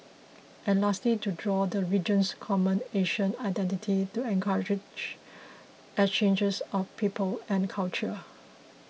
and lastly to draw the region's common Asian identity to encourage exchanges of people and culture